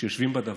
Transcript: שיושבים בדבר,